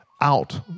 out